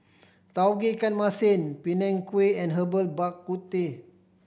Tauge Ikan Masin Png Kueh and Herbal Bak Ku Teh